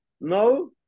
No